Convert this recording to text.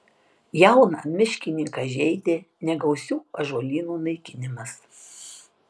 jauną miškininką žeidė negausių ąžuolynų naikinimas